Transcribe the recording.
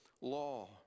law